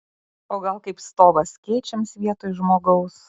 o gal kaip stovas skėčiams vietoj žmogaus